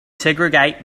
segregate